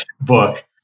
book